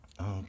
okay